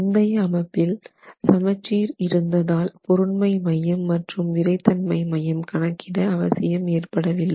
முந்தைய அமைப்பில் சமச்சீர் இருந்ததால் பொருண்மை மையம் மற்றும் விறைத்தன்மை மையம் கணக்கிட அவசியம் ஏற்படவில்லை